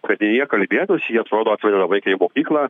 kad ne jie kalbėtųsi jie atrodo atveda vaiką į mokyklą